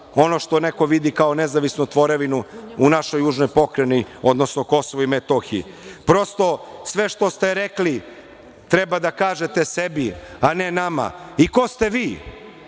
ono što neko vidi kao nezavisnu tvorevinu u našoj južnoj pokrajini, odnosno KiM. Prosto, sve što ste rekli treba da kažete sebi, a ne nama. I ko ste vi